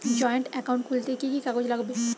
Joint account খুলতে কি কি কাগজ লাগবে?